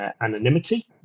anonymity